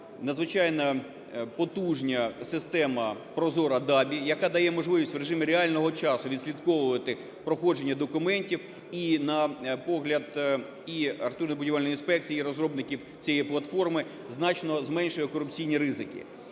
надзвичайно потужна система "Прозора ДАБІ", яка дає можливість в режимі реального часу відслідковувати проходження документів і, на погляд і архітектурно-будівельної інспекції, і розробників цієї платформи, значно зменшує корупційні ризики.